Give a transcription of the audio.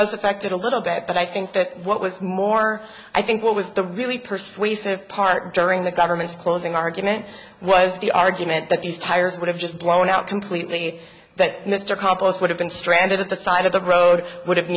does affect it a little bit but i think that what was more i think what was the really persuasive part during the government's closing argument was the argument that these tires would have just blown out completely that mr compost would have been stranded at the side of the road would